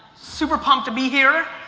super pumped to be here.